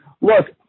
Look